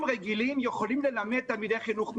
רגילים יכולים ללמד תלמידי חינוך מיוחד?